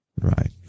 Right